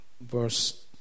verse